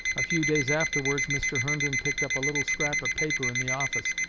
a few days afterwards mr. herndon picked up a little scrap of paper in the office.